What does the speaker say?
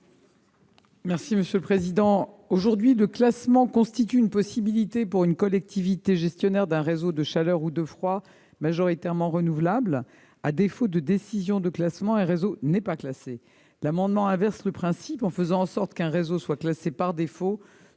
du Gouvernement ? Le classement constitue une possibilité pour une collectivité gestionnaire d'un réseau de chaleur ou de froid majoritairement renouvelable. À défaut de décision, un réseau n'est pas classé. Les amendements tendent à inverser le principe en faisant en sorte qu'un réseau soit classé par défaut,